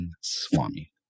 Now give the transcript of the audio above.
Swami